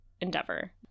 endeavor